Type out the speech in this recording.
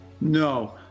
No